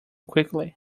quickly